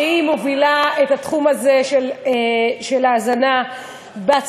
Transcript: שמובילה את התחום הזה של ההזנה בצהרונים,